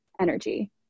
energy